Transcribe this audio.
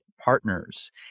Partners